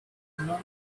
learned